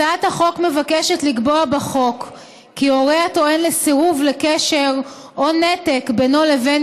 הצעת החוק מבקשת לקבוע בחוק כי הורה הטוען לסירוב לקשר או נתק בינו לבין